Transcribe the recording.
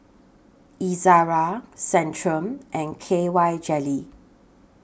Ezerra Centrum and K Y Jelly